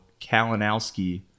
Kalinowski